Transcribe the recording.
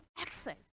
access